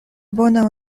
bona